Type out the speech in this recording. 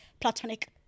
platonic